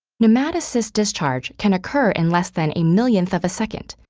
nematocyst discharge can occur in less than a millionth of a second,